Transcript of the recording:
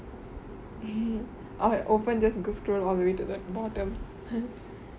I open just to go scroll all the way to the bottom